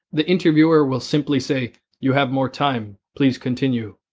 the interviewer will simply say you have more time, please continue.